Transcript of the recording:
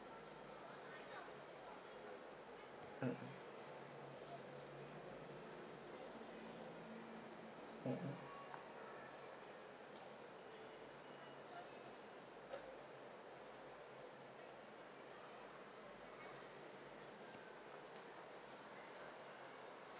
mm mmhmm